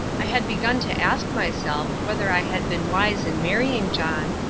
i had begun to ask myself whether i had been wise in marrying john,